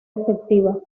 efectiva